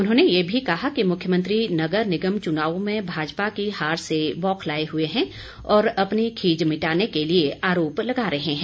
उन्होंने ये भी कहा कि मुख्यमंत्री नगर निगम चुनावों में भाजपा की हार से बौखलाये हुए हैं और अपनी खीज मिटाने के लिए आरोप लगा रहे हैं